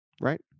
right